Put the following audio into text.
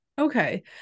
Okay